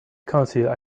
counsel